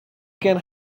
can